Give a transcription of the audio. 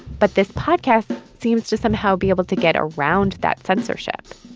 but this podcast seems to somehow be able to get around that censorship